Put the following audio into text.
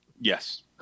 yes